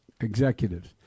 executives